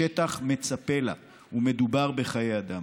השטח מצפה לה, ומדובר בחיי אדם.